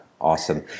Awesome